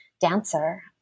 dancer